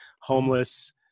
homeless